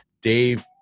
Dave